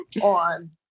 on